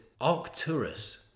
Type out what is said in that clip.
Arcturus